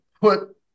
put